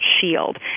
shield